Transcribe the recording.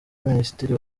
minisitiri